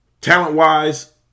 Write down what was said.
Talent-wise